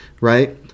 right